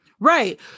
Right